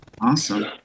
Awesome